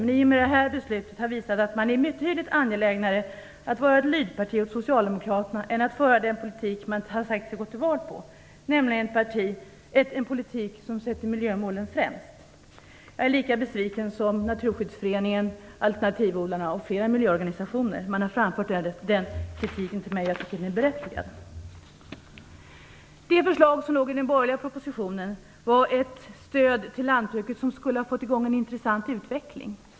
Men i och med det här beslutet har man visat att man är betydligt angelägnare att vara ett lydparti åt socialdemokraterna än att föra den politik som man har sagt sig gått till val på, en politik som sätter miljömålen främst. Jag är lika besviken som Naturskyddsföreningen, alternativodlarna och flera miljöorganisationer. Man har framfört den här kritiken till mig, och jag tycker att den är berättigad. Det förslag som ingick i den borgerliga propositionen handlade om ett stöd till lantbruk som hade fått i gång en intressant utveckling.